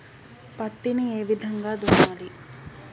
పత్తిని ఏ విధంగా దున్నాలి?